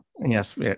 Yes